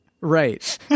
Right